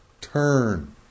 turn